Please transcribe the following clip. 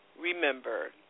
remember